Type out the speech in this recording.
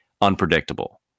unpredictable